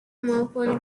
muffled